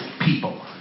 people